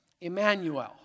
Emmanuel